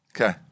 Okay